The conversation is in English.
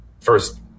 first